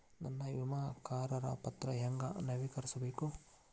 ನನ್ನ ವಿಮಾ ಕರಾರ ಪತ್ರಾ ಹೆಂಗ್ ನವೇಕರಿಸಬೇಕು?